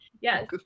Yes